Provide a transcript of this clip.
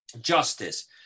justice